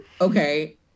okay